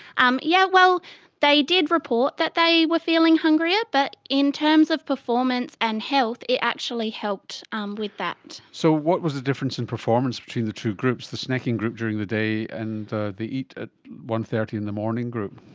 um yeah, well they did report that they were feeling hungrier, but in terms of performance and health, it actually helped um with that. so what was the difference in performance between the two groups, the snacking group during the day and the the eat at one. thirty in the morning group?